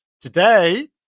today